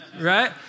Right